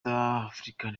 african